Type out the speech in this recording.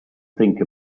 think